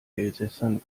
elsässern